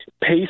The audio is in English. pace